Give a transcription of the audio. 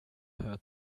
her